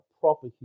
proper